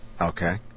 Okay